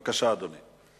בבקשה, אדוני.